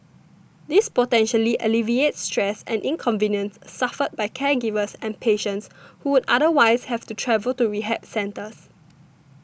this potentially alleviates stress and inconvenience suffered by caregivers and patients who would otherwise have to travel to rehab centres